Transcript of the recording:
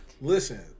Listen